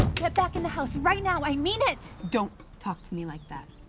get back in the house right now. i mean it. don't talk to me like that.